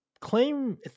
claim